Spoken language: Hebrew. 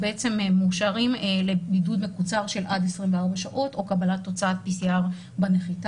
מאושר לבידוד מקוצר של עד 24 שעות או קבלת תוצאת PCR בנחיתה.